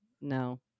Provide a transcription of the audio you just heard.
no